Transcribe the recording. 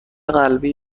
قلبی